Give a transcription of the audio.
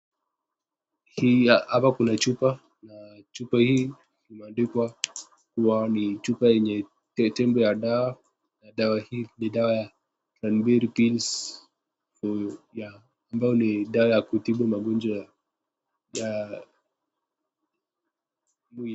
Hapa kuna chupa, chupa hii imeandikwa huwa ni chupa yenye tembe ya dawa, na dawa hii ni dawa ya ambayo ni dawa ya kutibu magonjwa ya mwili.